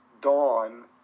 dawn